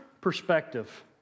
perspective